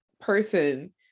person